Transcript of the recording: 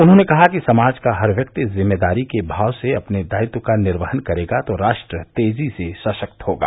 उन्होंने कहा कि समाज का हर व्यक्ति जिम्मेदारी के भाव से अपने दायित्व का निर्वहन करेगा तो राष्ट्र तेजी से सशक्त होगा